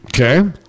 Okay